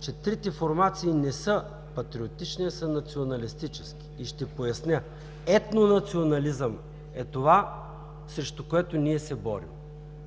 че трите формации не са патриотични, а са националистически, и ще поясня – етнонационализъм е това, срещу което ние се борим.